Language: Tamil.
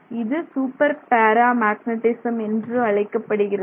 இது சூப்பர்பேரா மேக்னெட்டிசம் என்று அழைக்கப்படுகிறது